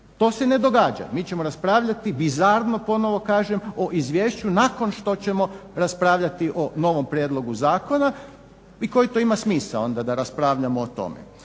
To se ne događa. Mi ćemo raspravljati bizarno ponovno kažem o izvješću nakon što ćemo raspravljati o novom prijedlogu zakona i koji to ima smisao onda da raspravljamo o tome.